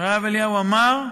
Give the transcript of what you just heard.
והרב אמר: